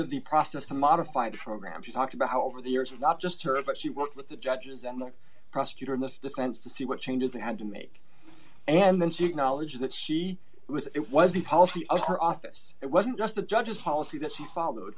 of the process to modify it from graham she talked about how over the years not just her but she worked with the judges and the prosecutor in the defense to see what changes they had to make and then seek knowledge that she was it was the policy of her office it wasn't just the judge's policy that she followed